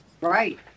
Right